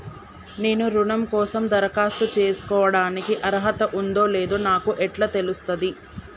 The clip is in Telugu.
నేను రుణం కోసం దరఖాస్తు చేసుకోవడానికి అర్హత ఉందో లేదో నాకు ఎట్లా తెలుస్తది?